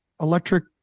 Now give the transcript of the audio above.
electric